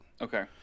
okay